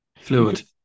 fluid